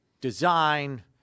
design